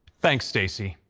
thanks, stacey.